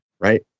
Right